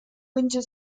winter